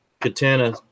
Katana